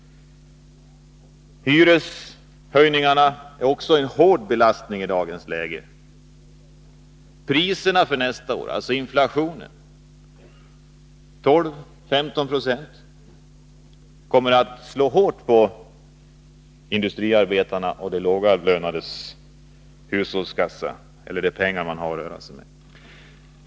Hyreshöjningen är också en hård belastning i dagens läge. Inflationen nästa år på 12-15 26 kommer att slå hårt på industriarbetarnas och andra lågavlönades ekonomi.